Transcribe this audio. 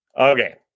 Okay